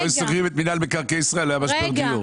אם היו סוגרים את רשות מקרקעי ישראל לא היה משבר דיור.